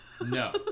No